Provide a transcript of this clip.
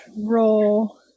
Roll